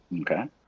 Okay